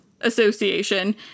association